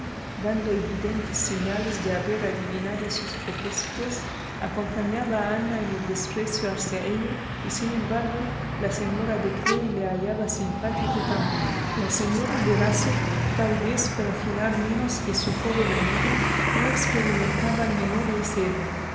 dando evidentes señales de haber adivinado sus propósitos acompañaba a ana en el desprecio hacia ella y sin embargo la señora de clay le hallaba simpático también la señora de rusell tal vez por afinar menos que su joven amiga no experimentaba el menor recelo